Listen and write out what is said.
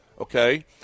Okay